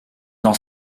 dans